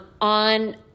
on